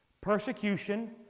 persecution